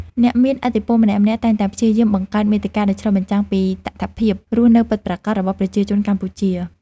អ្នកមានឥទ្ធិពលម្នាក់ៗតែងតែព្យាយាមបង្កើតមាតិកាដែលឆ្លុះបញ្ចាំងពីតថភាពរស់នៅពិតប្រាកដរបស់ប្រជាជនកម្ពុជា។